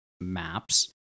maps